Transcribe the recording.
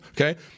Okay